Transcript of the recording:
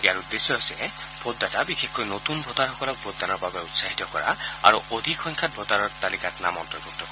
ইয়াৰ উদ্দেশ্য হৈছে ভোটদাতা বিশেষকৈ নতুন ভোটাৰসকলক ভোটদানৰ বাবে উৎসাহিত কৰাৰ লগতে অধিক সংখ্যাত ভোটাৰ তালিকাত নাম অন্তৰ্ভুক্ত কৰা